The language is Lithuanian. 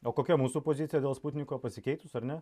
o kokia mūsų pozicija dėl sputniko pasikeitus ar ne